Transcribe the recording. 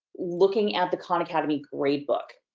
looking at the khan academy gradebook.